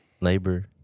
labor